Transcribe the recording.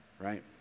right